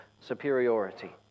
superiority